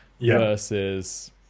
Versus